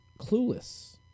clueless